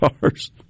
cars